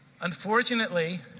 unfortunately